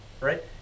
right